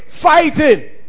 fighting